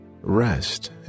rest